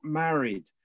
married